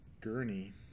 Gurney